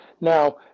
Now